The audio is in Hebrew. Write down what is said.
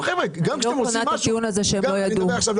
אני לא מקבלת את הטיעון הזה שהם לא ידעו.